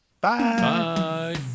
Bye